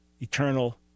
eternal